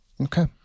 Okay